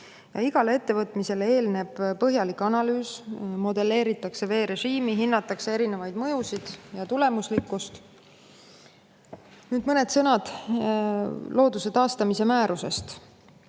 Igale ettevõtmisele eelneb põhjalik analüüs, modelleeritakse veerežiimi, hinnatakse erinevaid mõjusid ja tulemuslikkust. Nüüd mõned sõnad looduse taastamise määrusest.